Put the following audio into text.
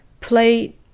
play